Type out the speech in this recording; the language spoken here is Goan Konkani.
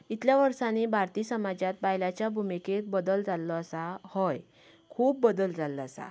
इतल्या वर्सानीं भारतीय समाजांत बायलांच्या भुमिकेंत बदल जाल्लो आसा हय खूब बदल जाल्लो आसा